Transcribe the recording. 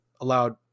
allowed